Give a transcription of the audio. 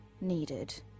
needed